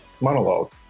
monologue